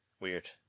Weird